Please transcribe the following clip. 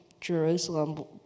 Jerusalem